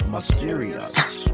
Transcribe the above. Mysterious